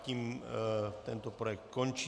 Tím tento projekt končí.